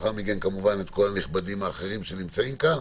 לאחר מכן כמובן את כל הנכבדים האחרים שנמצאים כאן,